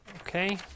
Okay